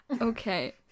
okay